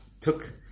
took